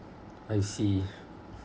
I see